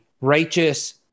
righteous